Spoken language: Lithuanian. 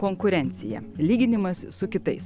konkurencija lyginimas su kitais